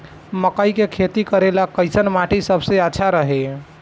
मकई के खेती करेला कैसन माटी सबसे अच्छा रही?